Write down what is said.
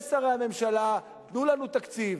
לשרי הממשלה: תנו לנו תקציב.